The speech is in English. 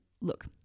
look